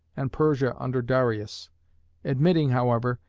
and persia under darius admitting, however,